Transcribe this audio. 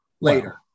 later